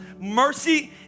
mercy